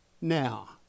Now